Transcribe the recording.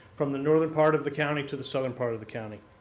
from the northern part of the county to the southern part of the county.